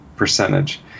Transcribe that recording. percentage